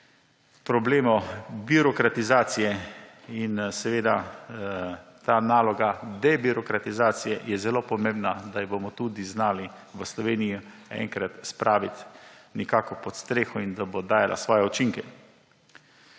problemov birokratizacije. Seveda, ta naloga debirokratizacije je zelo pomembna, da jo bomo tudi znali v Sloveniji enkrat spraviti nekako pod streho in da bo dajala svoje učinke.